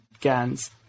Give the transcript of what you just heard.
GANS